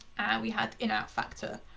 we had inourfactor.